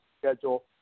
schedule